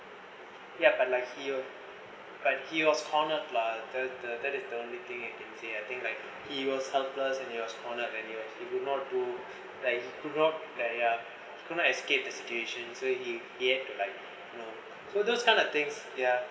ya but like he were but he was cornered lah the that is the only thing you can say I think like he was helpless and he was cornered and he was he will not do like he could not like uh he could not escape the situation so he had to like you know so those kind of things ya